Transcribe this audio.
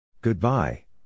Goodbye